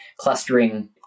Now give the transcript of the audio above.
clustering